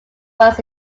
works